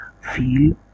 feel